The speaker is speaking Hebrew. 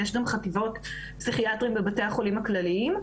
ויש גם חטיבות פסיכיאטריות בבתי החולים הכלליים.